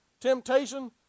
temptation